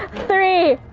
three,